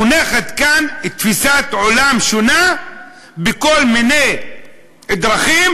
מונחת כאן תפיסת עולם שונה בכל מיני דרכים,